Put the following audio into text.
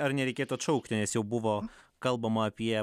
ar nereikėtų atšaukti nes jau buvo kalbama apie